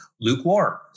lukewarm